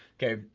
okay,